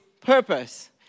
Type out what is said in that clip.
purpose